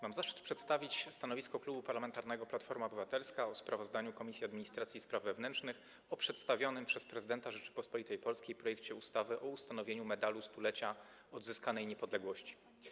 Mam zaszczyt przedstawić stanowisko Klubu Parlamentarnego Platforma Obywatelska w sprawie sprawozdania Komisji Administracji i Spraw Wewnętrznych o przedstawionym przez prezydenta Rzeczypospolitej Polskiej projekcie ustawy o ustanowieniu Medalu Stulecia Odzyskanej Niepodległości.